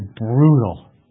brutal